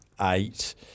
eight